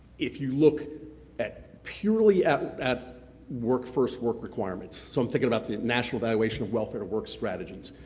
if you look at purely at at workforce work requirements, something about the national evaluation of welfare to work strategies,